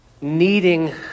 needing